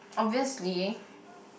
obviously